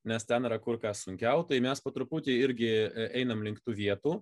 nes ten yra kur kas sunkiau tai mes po truputį irgi einame link tų vietų